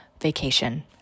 vacation